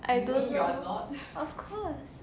I don't of course